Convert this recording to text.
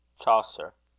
chaucer.